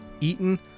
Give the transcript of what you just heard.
Eaton